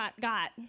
got